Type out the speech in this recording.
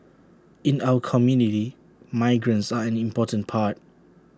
in our community migrants are an important part